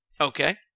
Okay